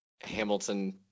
Hamilton